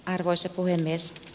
arvoisa puhemies